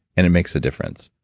and it makes a difference,